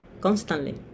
constantly